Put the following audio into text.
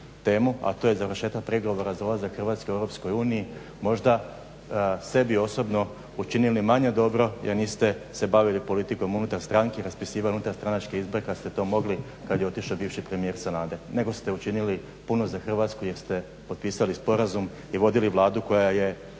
a to je završetak pregovora za ulazak Hrvatske u EU možda sebi osobno učinili manje dobro jer niste se bavili politikom unutar stranke i raspisivali unutarstranačke izbore kad ste to mogli kad je otišao bivši premijer Sanader, nego ste učinili puno za Hrvatsku jer ste potpisali sporazum i vodili Vladu koja je